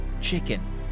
chicken